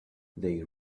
they